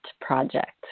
Project